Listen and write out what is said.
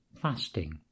fasting